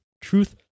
truth